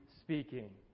speaking